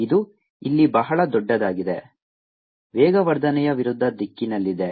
ಇದು ಇಲ್ಲಿ ಬಹಳ ದೊಡ್ಡದಾಗಿದೆ ವೇಗವರ್ಧನೆಯ ವಿರುದ್ಧ ದಿಕ್ಕಿನಲ್ಲಿದೆ